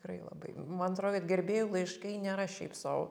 tikrai labai man atrodo kad gerbėjų laiškai nėra šiaip sau